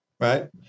right